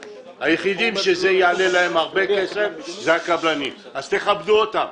היחידים שזה יעלה להם הרבה כסף זה הקבלנים אז תכבדו אותם.